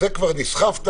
נוסח שמנטרל את הצעת